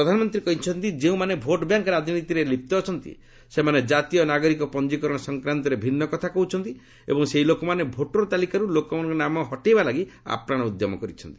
ପ୍ରଧାନମନ୍ତ୍ରୀ କହିଛନ୍ତି ଯେଉଁମାନେ ଭୋଟ୍ବ୍ୟାଙ୍କ ରାଜନୀତିରେ ଲିପ୍ତ ଅଛନ୍ତି ସେମାନେ ଜାତୀୟ ନାଗରିକ ପଞ୍ଜିକରଣ ସଂକ୍ରାନ୍ତରେ ଭିନ୍ନ କଥା କହ୍ୱଚ୍ଚନ୍ତି ଏବଂ ସେହି ଲୋକମାନେ ଭୋଟର ତାଲିକାରୁ ଲୋକମାନଙ୍କ ନାମ ହଟେଇବା ଲାଗି ଆପ୍ରାଣ ଉଦ୍ୟମ କରିଛନ୍ତି